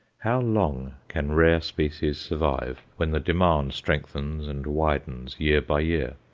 how long can rare species survive, when the demand strengthens and widens year by year,